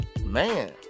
man